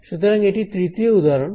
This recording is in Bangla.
সুতরাং এটি তৃতীয় উদাহরণ